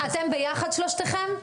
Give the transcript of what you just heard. אתם ביחד שלושתכם?